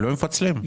לא מפצלים.